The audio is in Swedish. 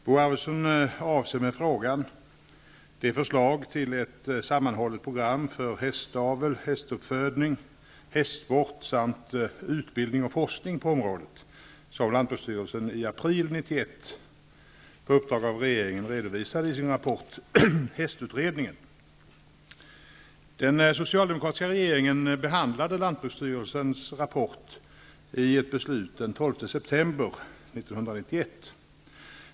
Bo Arvidsson avser med frågan det förslag till ett sammanhållet program för hästavel, hästuppfödning och hästsport samt utbildning och forskning på området som lantbruksstyrelsen i april Den socialdemokratiska regeringen behandlade lantbruksstyrelsens rapport i ett beslut den 12 september 1991.